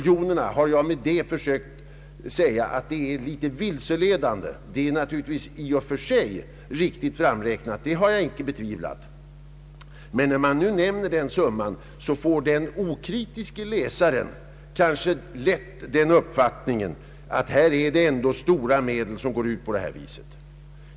Jag har med det anförda försökt klarlägga att uppgiften att 19 miljoner kronor disponeras för detta ändamål är en smula vilseledande. Jag har inte betvivlat att summan i och för sig är riktigt framräknad, men omnämnandet av den ger lätt den okritiske den uppfattningen att stora medel utgår för detta ändamål.